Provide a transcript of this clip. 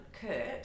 kurt